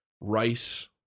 rice